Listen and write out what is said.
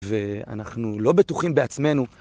ואנחנו לא בטוחים בעצמנו.